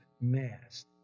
mass